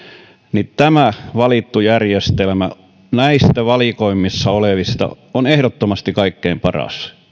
niin tämä valittu järjestelmä näistä valikoimissa olevista on ehdottomasti kaikkein paras